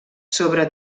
sobre